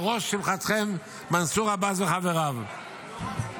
על ראש שמחתכם מנסור עבאס וחבריו,